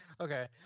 Okay